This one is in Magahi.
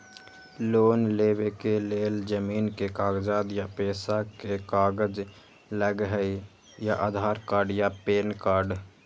लोन लेवेके लेल जमीन के कागज या पेशा के कागज लगहई या आधार कार्ड या पेन कार्ड?